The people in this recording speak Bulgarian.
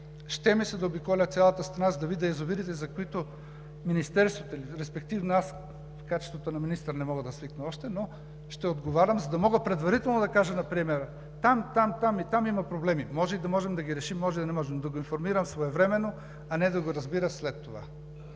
Ще ми се да обиколя цялата страна, за да видя язовирите, за които Министерството и респективно аз в качеството на министър, не мога да свикна още, но ще отговарям, за да мога предварително да кажа на премиера: там, там и там има проблеми –може и да можем да ги решим, може и да не можем, но да го информирам своевременно, а не да го разбира след това.